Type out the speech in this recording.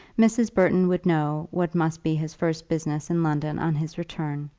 mrs. burton would know what must be his first business in london on his return,